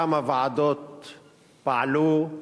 כמה ועדות פעלו,